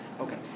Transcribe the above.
Okay